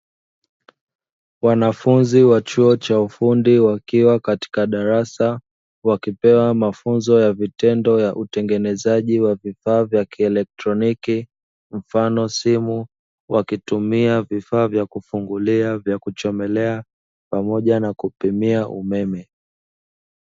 Wanafunzi wa chuo cha ufundi wakiwa katika darasa; wakipewa mafunzo ya vitendo ya utengenezaji wa vifaa vya kielektroniki mfano simu, wakitumia vifaa vya kifungulia, vya kuchomelea pamoja na kupimia umeme.